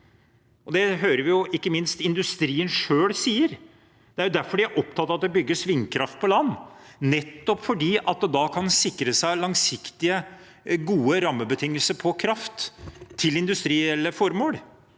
Det hører vi jo ikke minst at industrien selv sier. Det er derfor de er opptatt av at det bygges vindkraft på land, nettopp fordi en da kan sikre seg langsiktige, gode rammebetingelser på kraft til industrielle formål.